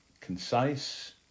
concise